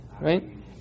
right